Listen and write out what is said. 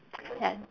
ya